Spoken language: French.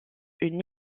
une